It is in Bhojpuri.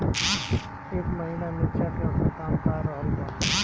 एह महीना मिर्चा के औसत दाम का रहल बा?